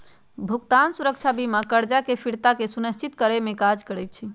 भुगतान सुरक्षा बीमा करजा के फ़िरता के सुनिश्चित करेमे काज करइ छइ